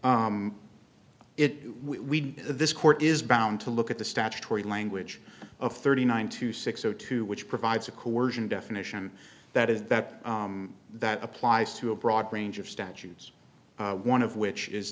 it we this court is bound to look at the statutory language of thirty nine to six o two which provides a coersion definition that is that that applies to a broad range of statues one of which is